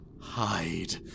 hide